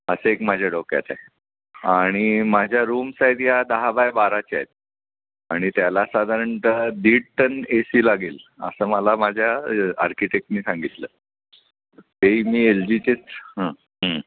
असं एक माझ्या डोक्यात आहे आणि माझ्या रूम साईज या दहा बाय बाराच्या आहेत आणि त्याला साधारणतः दीड टन ए सी लागेल असं मला माझ्या आर्किटेक्टने सांगितलं ते मी एल जीचेच हं